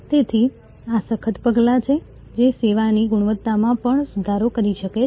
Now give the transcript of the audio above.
તેથી આ સખત પગલાં છે જે સેવાની ગુણવત્તામાં પણ સુધારો કરી શકે છે